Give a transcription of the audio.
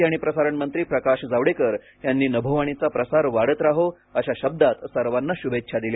माहिती आणि प्रसारण मंत्री प्रकाश जावडेकर यांनी नभोवाणीचा प्रसार वाढत राहो अशा शब्दांत सर्वांना शुभेच्छा दिल्या